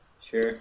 Sure